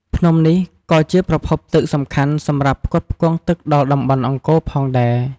ភ្នំនេះក៏ជាប្រភពទឹកសំខាន់សម្រាប់ផ្គត់ផ្គង់ទឹកដល់តំបន់អង្គរផងដែរ។